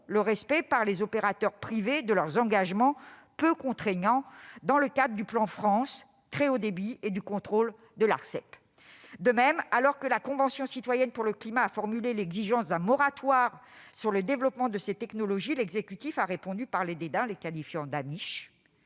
le respect par les opérateurs privés de leurs engagements peu contraignants dans le cadre du plan France Très haut débit et du contrôle de l'Arcep. De même, alors que les membres de la Convention citoyenne pour le climat ont exigé un moratoire sur le développement de ces technologies, l'exécutif leur a répondu par le dédain en les qualifiant d'«